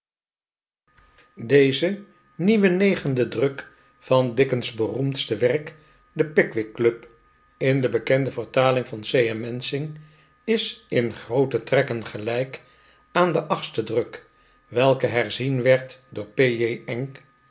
deze nieuwe negende druk van dickens beroemdste werk de pickwick club in de bekende vertaling van c m mensing is in groote trekken gelijk aan den achtsten druk welke herzien werd door